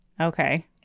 okay